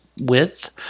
width